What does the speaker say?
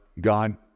God